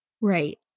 Right